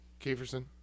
Kieferson